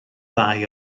ddau